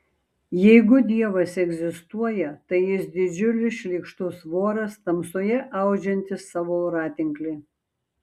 jeigu dievas egzistuoja tai jis didžiulis šlykštus voras tamsoje audžiantis savo voratinklį